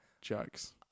jokes